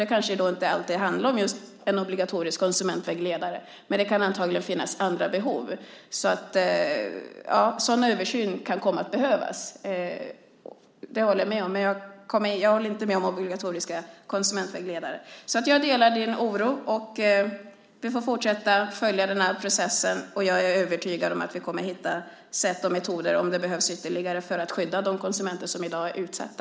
Det kanske inte alltid handlar om just en obligatorisk konsumentvägledare, men det kan antagligen finnas andra behov. En sådan översyn kan komma att behövas - det håller jag med om. Men jag håller inte med om behovet av obligatoriska konsumentvägledare. Jag delar din oro, och vi får fortsätta att följa denna process. Jag är övertygad om att vi kommer att hitta ytterligare sätt och metoder, om det behövs, för att skydda de konsumenter som i dag är utsatta.